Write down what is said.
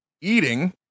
eating